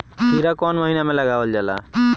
खीरा कौन महीना में लगावल जाला?